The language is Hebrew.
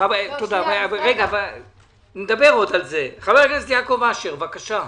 חבר הכנסת יעקב אשר, בבקשה.